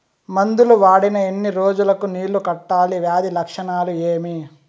మందులు వాడిన ఎన్ని రోజులు కు నీళ్ళు కట్టాలి, వ్యాధి లక్షణాలు ఏమి?